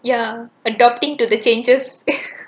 ya adopting to the changes